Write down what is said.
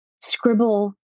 scribble